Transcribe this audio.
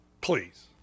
Please